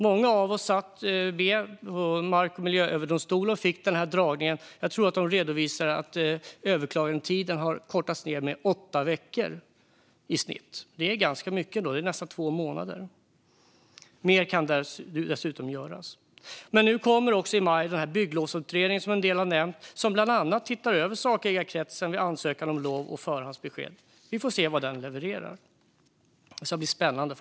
Många av oss satt med när Mark och miljööverdomstolen fick en föredragning om detta. Jag har för mig att det i redovisningen framgick att överklagandetiden har kortats ned med i snitt åtta veckor, vilket är ganska mycket. Det är nästan två månader. Mer kan dessutom göras. Nu i maj kommer den bygglovsutredning som tidigare nämnts. Där har man bland annat tittat över sakägarkretsen vid ansökan om lov eller förhandsbesked. Vi får se vad den levererar. Det ska bli spännande.